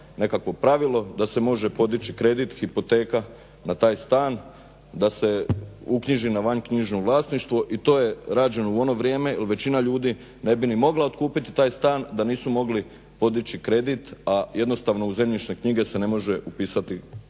nekakvo pravilo da se može podići kredit, hipoteka na taj stan da se uknjiži na vanknjižno vlasništvo i to je rađeno u ono vrijeme jer većina ljudi ne bi ni mogla otkupiti taj stan da nisu mogli podići kredit, a jednostavno u zemljišne knjige se ne može upisati